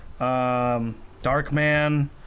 Darkman